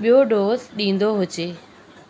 बि॒यो डोज़ ॾींदो हुजे